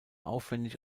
aufwendig